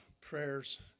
prayers